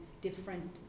different